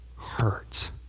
hurts